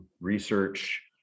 Research